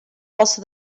also